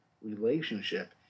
relationship